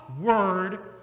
word